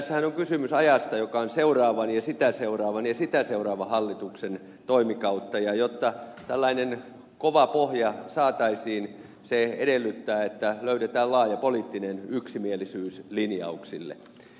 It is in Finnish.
tässähän on kysymys ajasta joka on seuraavan ja sitä seuraavan ja sitä seuraavan hallituksen toimikautta ja jotta tällainen kova pohja saataisiin se edellyttää että löydetään laaja poliittinen yksimielisyys linjauksille